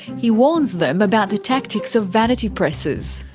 he warns them about the tactics of vanity presses.